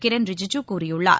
கிரண் ரிஜிஜு கூறியுள்ளார்